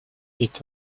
est